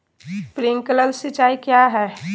Sprinkler सिंचाई क्या है?